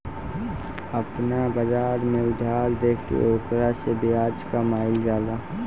आपना बाजार में उधार देके ओकरा से ब्याज कामईल जाला